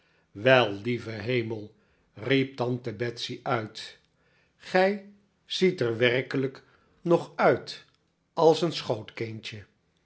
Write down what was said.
wel lieve hemel riep tante betsey uit david copperfield gij ziet er werkelijk nog uit als een schootkindje